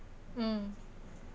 um